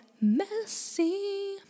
messy